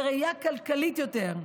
לראייה כלכלית יותר.